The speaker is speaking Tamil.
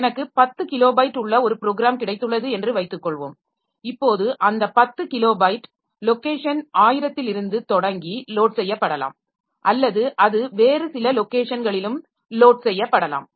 எனக்கு 10 கிலோபைட் உள்ள ஒரு ப்ரோக்ராம் கிடைத்துள்ளது என்று வைத்துக்கொள்வோம் இப்போது அந்த 10 கிலோபைட் லொக்கேஷன் 1000 லிருந்து தொடங்கி லோட் செய்யப்படலாம் அல்லது அது வேறு சில லொக்கேஷன்களிலும் லோட் செய்யப்படலாம்